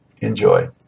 Enjoy